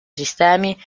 sistemi